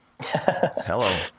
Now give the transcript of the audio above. hello